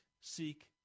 seek